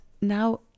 now